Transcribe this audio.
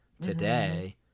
today